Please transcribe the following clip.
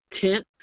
tent